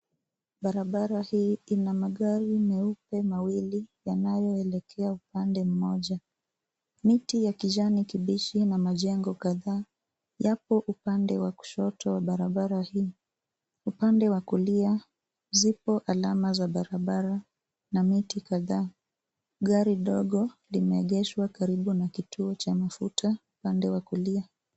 Barabara hii ina magari meupe mawili yanayoelekea upande mmoja. Miti ya kijani kibichi na majengo kadhaa yapo upande wa kushoto wa barabara hii. Upande wa kulia, zipo alama za barabara na miti kadhaa. Gari dogo limeegeshwa karibu na kituo cha mafuta upande wa kulia.